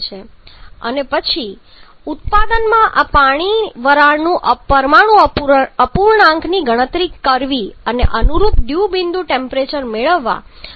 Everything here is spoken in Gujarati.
અને પછી ઉત્પાદનમાં આ પાણી વરાળના પરમાણુ અપૂર્ણાંકની ગણતરી કરવી અને અનુરૂપ ડ્યૂ બિંદુ ટેમ્પરેચર મેળવવા માટે ખૂબ જ સરળ છે